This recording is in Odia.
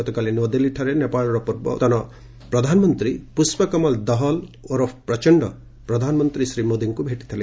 ଗତକାଲି ନୂଆଦିଲ୍ଲୀଠାରେ ନେପାଳର ପୂର୍ବତନ ପ୍ରଧାନମନ୍ତ୍ରୀ ପୁଷ୍ପକମଲ ଦହଲ ଓରଫ୍ ପ୍ରଚଶ୍ଡ ପ୍ରଧାନମନ୍ତ୍ରୀ ଶ୍ରୀ ମୋଦିଙ୍କୁ ଭେଟିଥିଲେ